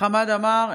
חמד עמאר,